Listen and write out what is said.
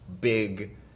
big –